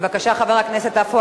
בבקשה, חבר הכנסת עפו